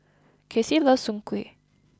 Kasey loves Soon Kway